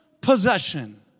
possession